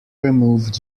removed